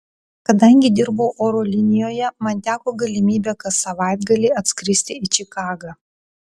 kadangi dirbau oro linijoje man teko galimybė kas savaitgalį atskristi į čikagą